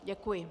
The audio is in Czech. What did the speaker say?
Děkuji.